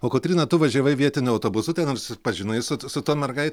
o kotryna tu važiavai vietiniu autobusu ten susipažinai su su tom mergaitėm